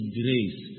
grace